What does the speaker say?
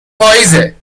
پاییزه